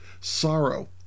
sorrow